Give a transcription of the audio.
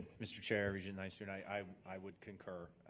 mr. chair, regent nystuen. i um i would concur.